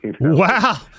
Wow